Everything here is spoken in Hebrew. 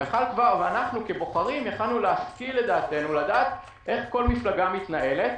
ואנחנו כבוחרים יכולנו לדעת איך כל מפלגה מתנהלת,